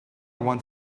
want